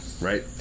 Right